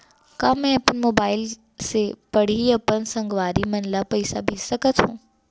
का मैं अपन मोबाइल से पड़ही अपन संगवारी मन ल पइसा भेज सकत हो?